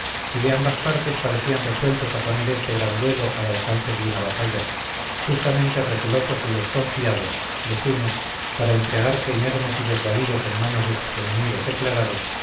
y de ambas partes parecían resueltos a poner este gran duelo al trance de una batalla justamente recelosos y desconfiados los unos para entregarse inermes y desvalidos en manos de sus enemigos declarados